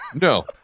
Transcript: no